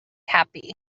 happy